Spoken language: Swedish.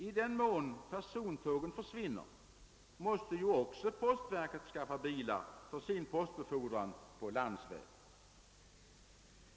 I den mån persontågen försvinner måste ju också postverket skaffa sig bilar för sin postbefordran.